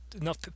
enough